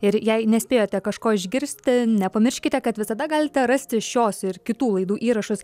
ir jei nespėjote kažko išgirsti nepamirškite kad visada galite rasti šios ir kitų laidų įrašus